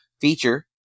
feature